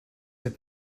have